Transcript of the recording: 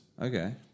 Okay